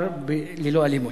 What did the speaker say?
הועבר ללא אלימות.